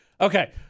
Okay